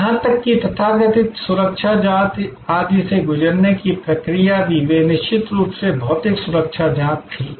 यहां तक कि तथाकथित सुरक्षा जांच आदि से गुजरने की प्रक्रिया भी वे निश्चित रूप से भौतिक सुरक्षा जांच थी